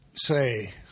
say